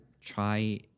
try